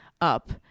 up